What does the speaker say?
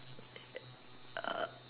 err